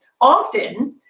often